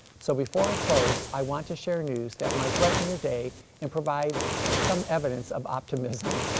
so before i close, i want to share news that might brighten your day and provide some evidence of optimism.